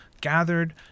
gathered